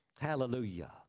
Hallelujah